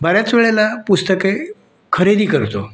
बऱ्याच वेळेला पुस्तके खरेदी करतो